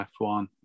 F1